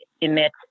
emit